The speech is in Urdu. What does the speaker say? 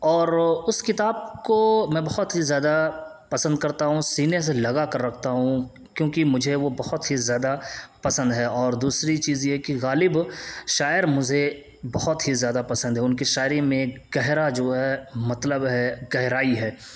اور اس کتاب کو میں بہت ہی زیادہ پسند کرتا ہوں سینے سے لگا کر رکھتا ہوں کیونکہ مجھے وہ بہت ہی زیادہ پسند ہے اور دوسری چیز یہ ہے کہ غالب شاعر مجھے بہت ہی زیادہ پسند ہے ان کی شاعری میں ایک گہرا جو ہے مطلب ہے گہرائی ہے